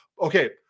Okay